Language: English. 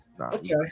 Okay